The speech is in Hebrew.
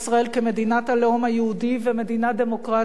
כמדינת הלאום היהודי ומדינה דמוקרטית,